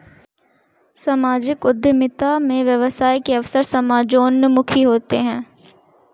सामाजिक उद्यमिता में व्यवसाय के अवसर समाजोन्मुखी होते हैं